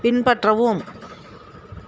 பின்பற்றவும்